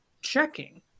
checking